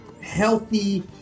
healthy